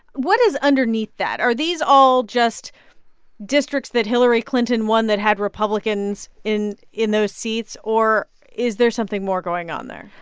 what is underneath that? are these all just districts that hillary clinton won that had republicans in in those seats? or is there something more going on there?